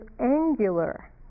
angular